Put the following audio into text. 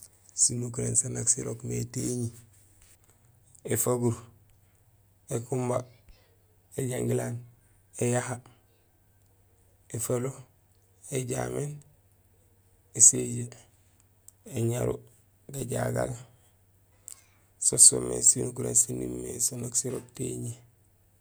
Sinukuréén sanja sirok mé téñi: éfaguur, ékumba, éjangilaan, éyaha, éfalo, éjaméén, éséjee, éñaru, gajagal so soomé sinukurén saan umimé so nak sirok téñi.